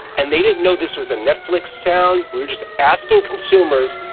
and they didn't know this was a netflix sound. we were just asking consumers,